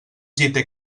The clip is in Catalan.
gite